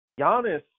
Giannis